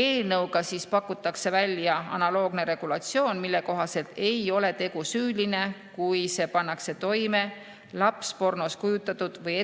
Eelnõuga pakutakse välja analoogne regulatsioon, mille kohaselt ei ole tegu süüline, kui see pannakse toime lapspornos kujutatud või